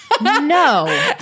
No